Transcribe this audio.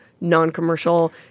non-commercial